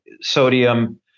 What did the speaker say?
sodium